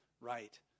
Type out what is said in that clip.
right